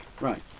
Right